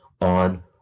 on